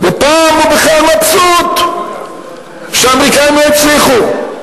ופעם הוא בכלל מבסוט שהאמריקנים לא הצליחו.